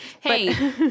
hey